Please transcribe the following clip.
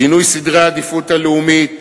שינוי סדרי העדיפויות הלאומיות